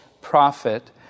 prophet